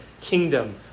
kingdom